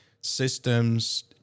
systems